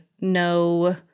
no